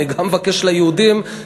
אני גם מבקש ליהודים,